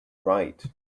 write